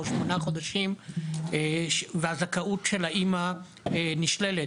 או שמונה חודשים והזכאות של האמא נשללת,